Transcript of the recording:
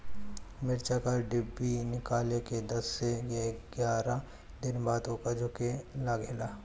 मिरचा क डिभी निकलले के दस से एग्यारह दिन बाद उपर से झुके लागेला?